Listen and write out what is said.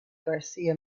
garcia